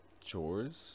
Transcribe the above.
Chores